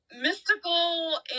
mystical